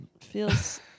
feels